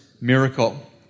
miracle